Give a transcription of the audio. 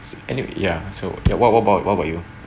anyway ya so ya what about what about you